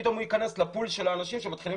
פתאום ייכנס לפול של האנשים שמתחילים